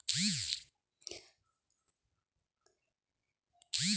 सात कृषी पद्धती कोणत्या आहेत?